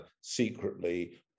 secretly